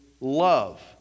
love